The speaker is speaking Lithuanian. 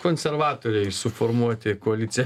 konservatoriai suformuoti koaliciją